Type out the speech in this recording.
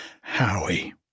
Howie